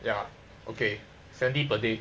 ya okay seventy per day